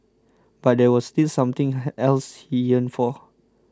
but there was still something else he yearned for